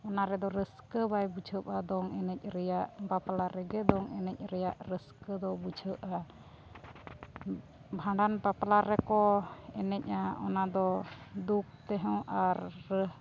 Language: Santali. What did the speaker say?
ᱚᱱᱟ ᱨᱮᱫᱚ ᱨᱟᱹᱥᱠᱟᱹ ᱵᱟᱭ ᱵᱩᱡᱷᱟᱹᱜᱼᱟ ᱫᱚᱝ ᱮᱱᱮᱡ ᱨᱮᱭᱟᱜ ᱵᱟᱯᱞᱟ ᱨᱮᱜᱮ ᱫᱚᱝ ᱮᱱᱮᱡ ᱨᱮᱭᱟᱜ ᱨᱟᱹᱥᱠᱟᱹ ᱫᱚ ᱵᱩᱡᱷᱟᱹᱜᱼᱟ ᱵᱷᱟᱸᱰᱟᱱ ᱵᱟᱯᱞᱟ ᱨᱮᱠᱚ ᱮᱱᱮᱡ ᱟ ᱚᱱᱟᱫᱚ ᱫᱩᱠ ᱛᱮᱦᱚᱸ ᱟᱨ